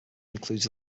includes